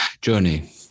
journey